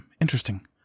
interesting